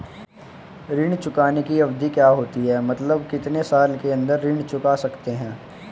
ऋण चुकाने की अवधि क्या होती है मतलब कितने साल के अंदर ऋण चुका सकते हैं?